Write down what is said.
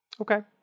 Okay